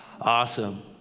Awesome